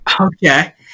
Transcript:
okay